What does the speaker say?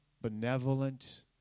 benevolent